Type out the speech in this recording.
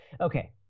Okay